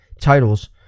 titles